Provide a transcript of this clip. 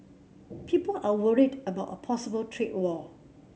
people are worried about a possible trade war